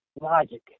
logic